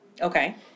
Okay